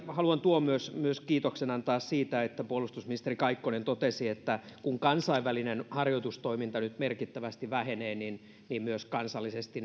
haluan myös myös kiitoksen antaa siitä kun puolustusministeri kaikkonen totesi että kun kansainvälinen harjoitustoiminta nyt merkittävästi vähenee niin niin myös kansallisesti